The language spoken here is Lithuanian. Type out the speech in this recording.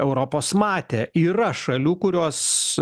europos matę yra šalių kurios